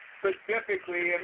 specifically